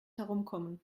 herumkommen